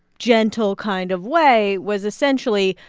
gentle kind of way was, essentially,